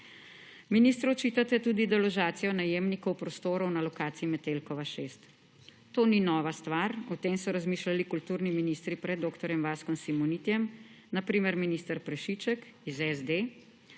Ministru očitate tudi deložacijo najemnikov prostorov na lokaciji Metelkova 6. To ni nova stvar, o tem so razmišljali kulturni ministri pred dr. Vaskom Simonitijem, na primer, minister Prešiček iz SD,